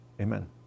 Amen